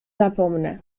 zapomnę